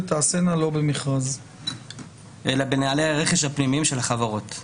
תיעשינה לא במכרז --- אלא בנהלי הרכש הפנימיים של החברות,